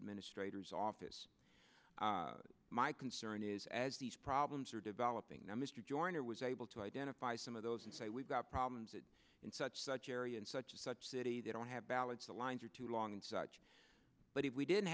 administrators office my concern is as these problems are developing now mr joyner was able to identify some of those and say we've got problems that in such such area and such and such city they don't have ballots the lines are too long and such but if we didn't